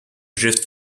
drift